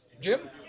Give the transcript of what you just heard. Jim